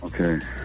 Okay